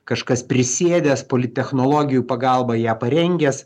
kažkas prisėdęs politechnologijų pagalba ją parengęs